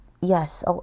yes